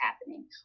happening